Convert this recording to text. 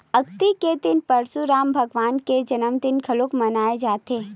अक्ती के दिन परसुराम भगवान के जनमदिन घलोक मनाए जाथे